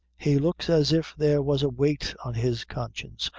he looks as if there was a weight on his conscience,